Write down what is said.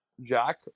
Jack